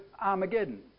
Armageddon